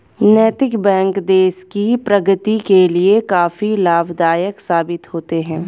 नैतिक बैंक देश की प्रगति के लिए काफी लाभदायक साबित होते हैं